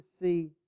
see